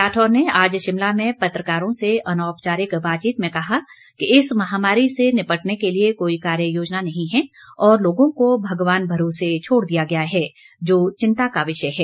राठौर ने आज शिमला में पत्रकारों से अनौपचारिक बातचीत में कहा कि इस महामारी से निपटने के लिए कोई कार्य योजना नहीं है और लोगों को भगवान भरोस छोड़ दिया गया है जो चिंता का विषय है